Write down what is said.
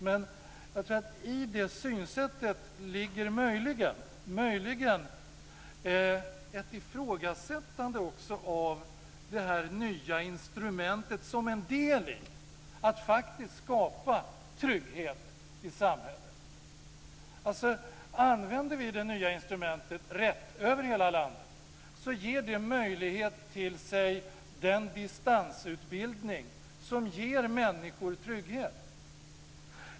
Men jag tror att det i det synsättet ligger möjligen ett ifrågasättande av det här nya instrumentet som en del i att faktiskt skapa trygghet i samhället. Om vi använder det nya instrumentet rätt över hela landet ger det möjlighet till den distansutbildning som ger människor trygghet.